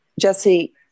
Jesse